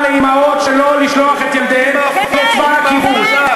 לאימהות שלא לשלוח את ילדיהן לצבא הכיבוש?